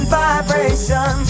vibration